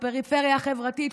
הפריפריה החברתית,